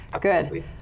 good